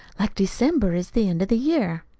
like december is the end of the year.